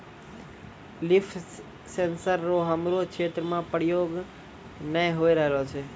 लिफ sensor रो हमरो क्षेत्र मे प्रयोग नै होए रहलो छै